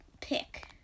pick